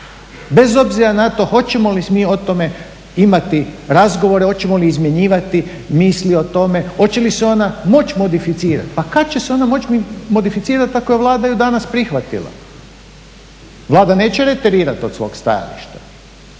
Bez obzira na to hoćemo li o tome imati razgovore, hoćemo li izmjenjivati misli o tome, hoće li se ona moći modificirati. Kada će se ona moći modificirati ako ju je danas Vlada prihvatila? Vlada neće reterirat od svog stajališta,